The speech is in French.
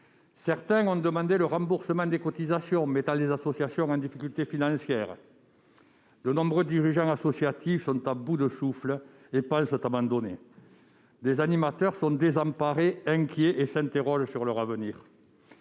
Certains ont demandé le remboursement des cotisations, mettant les associations en difficulté financière. De nombreux dirigeants associatifs, à bout de souffle, pensent abandonner. Des animateurs, désemparés et inquiets, s'interrogent sur leur avenir.